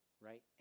right